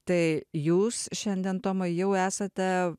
tai jūs šiandien tomai jau esate